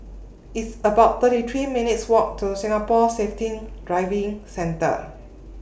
It's about thirty three minutes' Walk to Singapore Safety Driving Centre